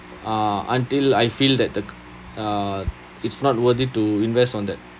uh until I feel that the uh it's not worth it to invest on that